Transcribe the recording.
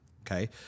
Okay